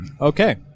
Okay